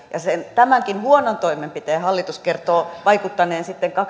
tämänkin huonon toimenpiteen hallitus kertoo vaikuttavan sitten